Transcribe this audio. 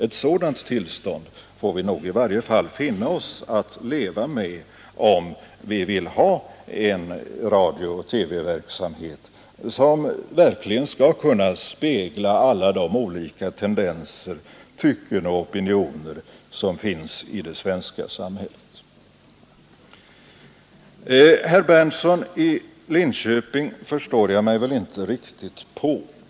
Ett sådant tillstånd får vi nog finna oss i att leva i om vi vill ha en radiooch TV-verksamhet som verkligen skall kunna spegla de olika tendenser, tycken och opinioner som finns i det svenska samhället. Jag förstår mig inte riktigt på herr Berndtson i Linköping.